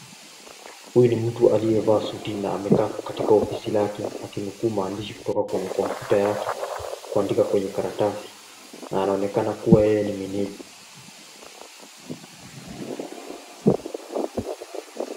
Huyu ni mtu aliyevaa suti na amekaa katika ofisi lake akinukuu maandishi kutoka kwenye kompyuta yake kuandika kwenye karatasi na anaonekana kuwa yeye ni meneja.